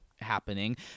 happening